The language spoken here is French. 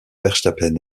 verstappen